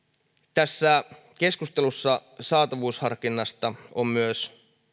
tässä keskustelussa saatavuusharkinnasta on myös monesti